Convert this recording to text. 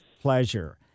pleasure